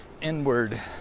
inward